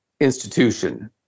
institution